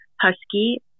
husky